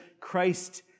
Christ